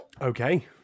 Okay